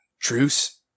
Truce